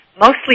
mostly